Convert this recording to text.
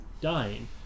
dying